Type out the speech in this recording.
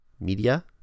Media